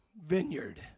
vineyard